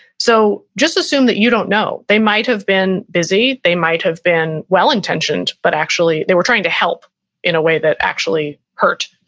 so just assume that you don't know. they might have been busy, they might have been well-intentioned, but actually they were trying to help in a way that actually hurt,